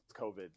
COVID